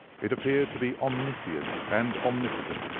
it appeared to be omniscient and omnipotent,